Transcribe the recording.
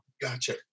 Gotcha